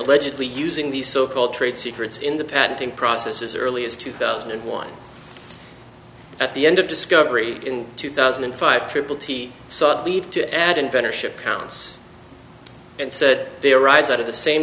allegedly using these so called trade secrets in the patenting process as early as two thousand and one at the end of discovery in two thousand and five triple t sought leave to add inventor ship counts and said they arise out of the same